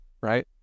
right